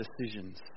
decisions